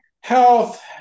health